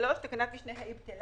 מפעיל